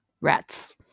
Rats